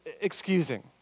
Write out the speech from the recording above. excusing